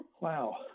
wow